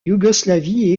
yougoslavie